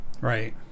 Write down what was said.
Right